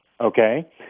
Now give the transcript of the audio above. okay